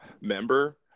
member